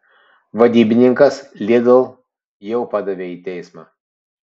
vadybininkas lidl jau padavė į teismą